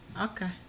Okay